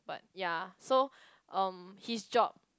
but ya so um his job